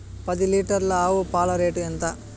పది లీటర్ల ఆవు పాల రేటు ఎంత?